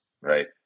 Right